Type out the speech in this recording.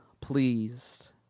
pleased